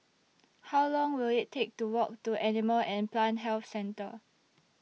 How Long Will IT Take to Walk to Animal and Plant Health Centre